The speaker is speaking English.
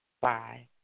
Bye